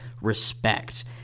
respect